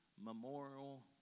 Memorial